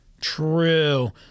true